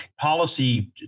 policy